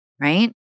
Right